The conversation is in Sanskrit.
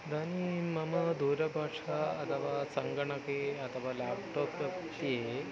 इदानीं मम दूरभाषा अथवा सङ्गणके अथवा लेप्टाप् पक्षे